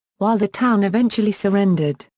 while the town eventually surrendered,